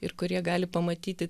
ir kurie gali pamatyti